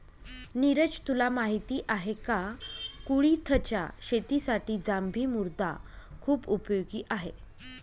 निरज तुला माहिती आहे का? कुळिथच्या शेतीसाठी जांभी मृदा खुप उपयोगी आहे